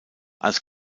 als